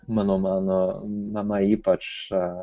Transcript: mano mano nama ypač